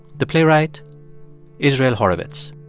the playwright israel horovitz.